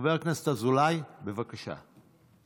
חבר הכנסת אזולאי, בבקשה.